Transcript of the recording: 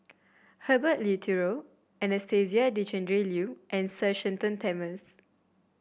Herbert Eleuterio Anastasia Tjendri Liew and Sir Shenton Thomas